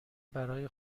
برای